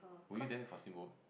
were you there for steamboat